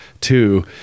Two